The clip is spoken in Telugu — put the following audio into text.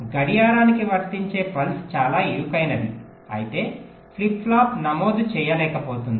గడియారానికి వర్తించే పల్స్ చాలా ఇరుకైనది అయితే ఫ్లిప్ ఫ్లాప్ నమోదు చేయలేకపోతుంది